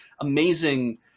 Amazing